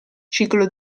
ciclo